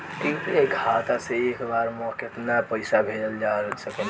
UPI खाता से एक बार म केतना पईसा भेजल जा सकेला?